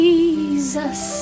Jesus